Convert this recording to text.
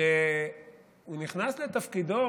שהוא נכנס לתפקידו